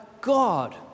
God